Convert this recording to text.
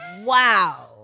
Wow